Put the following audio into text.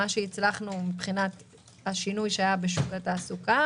מה שהצלחנו מבחינת השינוי שהיה בשוק התעסוקה